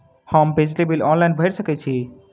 हम बिजली bill online भैर सकै छी?